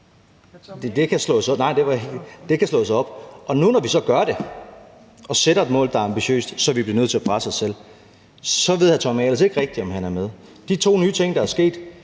kan slås op. Og nu, hvor vi så gør det og sætter et mål, der er så ambitiøst, at vi bliver nødt til at presse os selv, så ved hr. Tommy Ahlers ikke rigtig, om han er med. De to nye ting, der er sket